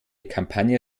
kampagne